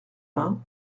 vingts